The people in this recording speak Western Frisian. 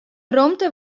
romte